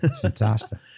Fantastic